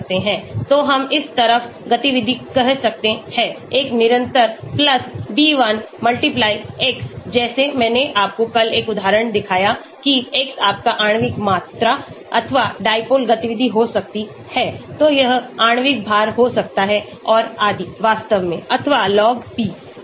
तो हम इस तरफ गतिविधि कह सकते हैं एक निरंतर b1 x जैसे मैंने आपको कल एक उदाहरण दिखाया कि x आपका आणविक मात्रा अथवा dipole गति हो सकता है तो यह आणविक भार हो सकता है और आदि वास्तव में अथवा Log P